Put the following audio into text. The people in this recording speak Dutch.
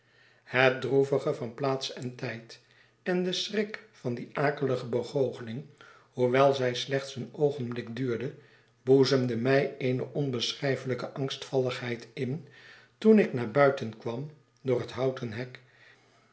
het droevige van plaats en tijd en de schrik van die akelige begoocheling hoewel zij slechts een oogenblik duurde boezemden mij eene onbeschrijfelijke angstvalligheid in toen ik naar buiten kwam door het houten hek